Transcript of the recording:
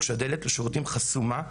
כשהדלת לשירותים חסומה.